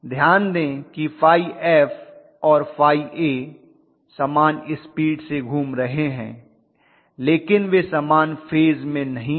ध्यान दें कि ϕf और ϕa समान स्पीड से घूम रहे हैं लेकिन वे समान फेज में नहीं हैं